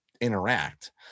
interact